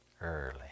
Early